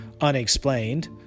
unexplained